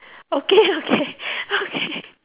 okay okay okay